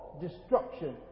Destruction